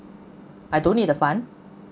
I don't need the fund